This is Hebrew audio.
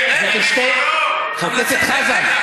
חבר הכנסת חזן.